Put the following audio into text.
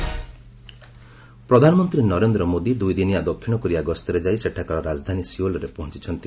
PM south Korea ପ୍ରଧାନମନ୍ତ୍ରୀ ନରେନ୍ଦ୍ର ମୋଦି ଦୁଇଦିନିଆ ଦକ୍ଷିଣ କୋରିଆ ଗସ୍ତରେ ଯାଇ ସେଠାକାର ରାଜଧାନୀ ସିଓଲରେ ପହଞ୍ଚୁଛନ୍ତି